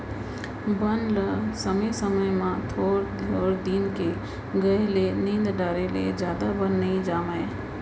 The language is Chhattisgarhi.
बन ल समे समे म थोर थोर दिन के गए ले निंद डारे ले जादा बन नइ जामय